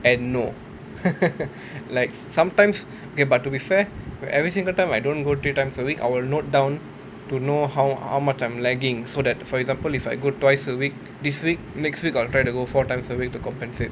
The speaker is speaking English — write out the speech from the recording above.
and no like sometimes okay but to be fair every single time I don't go three times a week I will note down to know how how much I'm lagging so that for example if I go twice a week this week next week I'll try to go four times a week to compensate